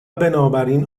بنابراین